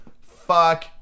fuck